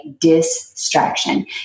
Distraction